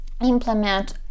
implement